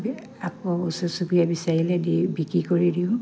আকৌ ওচৰ চুবুৰীয়া বিচাৰিলে দি বিক্ৰী কৰি দিওঁ